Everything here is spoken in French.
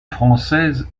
française